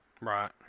right